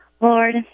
Lord